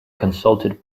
consulted